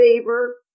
favor